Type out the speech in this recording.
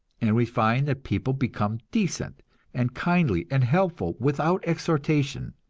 and we find that people become decent and kindly and helpful without exhortation,